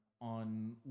on